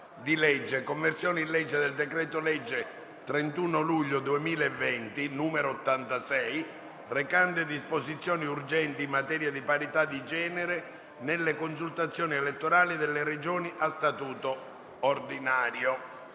di legge: «Conversione in legge del decreto-legge 31 luglio 2020, n. 86, recante disposizioni urgenti in materia di parità di genere nelle consultazioni elettorali delle Regioni a statuto ordinario»